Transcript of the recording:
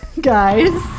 guys